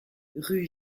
rue